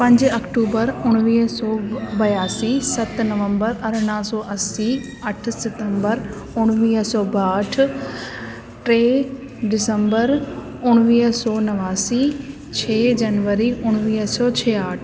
पंज अक्टूबर उणिवीह सौ ॿियासी सत नवंबर अरड़हं सौ असीं अठ सितंबर उणिवीह सौ ॿाहठि टे दिसंबर उणिवीह सौ नवासी छह जनवरी उणिवीह सौ छाहठि